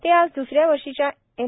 ते आज द्सऱ्या वर्षीच्या एन